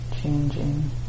changing